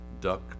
duck